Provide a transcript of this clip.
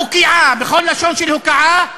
מוקיעה בכל לשון של הוקעה,